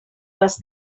les